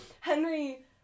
Henry